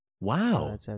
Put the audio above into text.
Wow